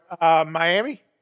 Miami